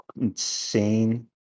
insane